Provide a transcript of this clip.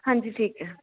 ਹਾਂਜੀ ਠੀਕ ਹੈ